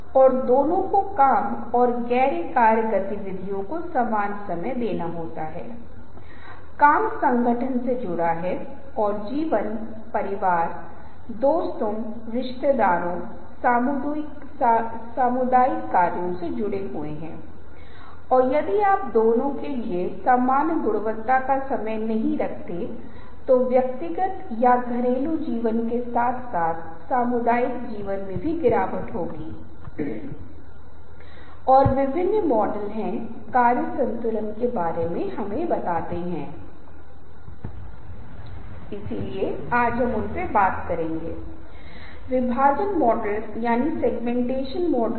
मूल्य विचारधाराएं हैं वे आदर्श हैं मार्गदर्शक सिद्धांत हैं यदि मेरे पास एक मूल्य है कि अच्छी तरह से महंगा सामान नहीं खरीदा जाना चाहिए महंगे चिप्स आलू के चिप्स नहीं खरीदे जाने चाहिए तो मैं उसी समूह को खरीद रहा हूं जो स्थानीय निर्मित आलू के चिप्स हैं लेकिन अलग अलग कारणों से कारण अब बदल गया है क्योंकि मुझे लगता है कि पैसे का मूल्य है मेरा मानना है कि कम पैसा खर्च किया जाना चाहिए मुझे इस बात में कोई दिलचस्पी नहीं है कि यह भारत या चीन या अमेरिका में बना है और विश्वास अधिक विशिष्ट और संज्ञानात्मक हैं जहां हम विशिष्ट प्रकार के बारे में बात कर रहे हैं जो विचार प्रक्रियाएं जो संचालित होती हैं और जहां आप देखते हैं कि आप कुछ विचारों कुछ मूल्यों को फिर से एक विशिष्ट तरीके से पकड़ते हैं